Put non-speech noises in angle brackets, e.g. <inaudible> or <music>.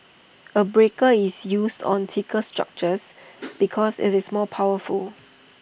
A breaker is used on thicker structures <noise> because IT is more powerful